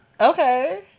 Okay